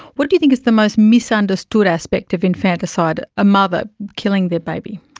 what do you think is the most misunderstood aspect of infanticide, a mother killing their baby?